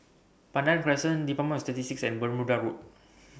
Pandan Crescent department of Statistics and Bermuda Road